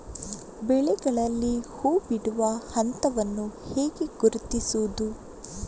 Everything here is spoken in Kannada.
ಬೆಳೆಗಳಲ್ಲಿ ಹೂಬಿಡುವ ಹಂತವನ್ನು ಹೇಗೆ ಗುರುತಿಸುವುದು?